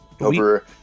Over